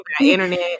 internet